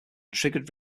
triggered